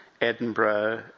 Edinburgh